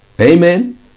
Amen